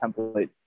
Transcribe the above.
template